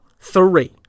three